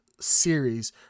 series